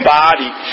body